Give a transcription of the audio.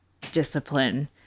Discipline